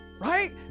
Right